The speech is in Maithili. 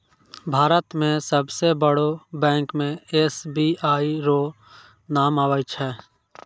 भारत मे सबसे बड़ो बैंक मे एस.बी.आई रो नाम आबै छै